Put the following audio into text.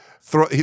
throw